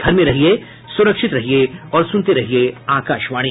घर में रहिये सुरक्षित रहिये और सुनते रहिये आकाशवाणी